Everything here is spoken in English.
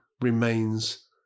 remains